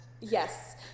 Yes